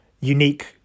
unique